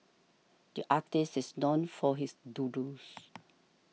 the artist is known for his doodles